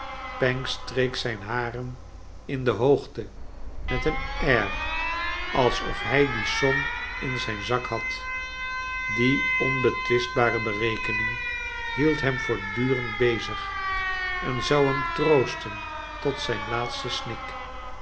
pancks streek zijn haren in de hoogte met een air alsof hij die som in zijn zak had die onbetwistbare berekening hield hem voortdurend bezig en zou hem troosten tot zijn laatsten snik